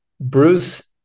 Bruce